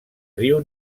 riu